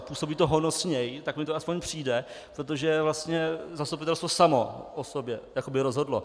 Působí to honosněji, tak mi to aspoň přijde, protože zastupitelstvo samo o sobě jakoby rozhodlo.